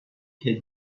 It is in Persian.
هدیه